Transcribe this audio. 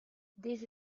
this